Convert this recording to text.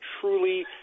truly